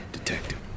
detective